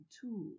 Tool